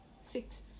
six